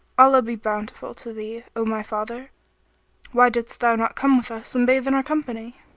allah be bountiful to thee, o my father why didst thou not come with us and bathe in our company?